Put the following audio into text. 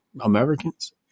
Americans